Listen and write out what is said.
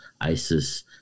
Isis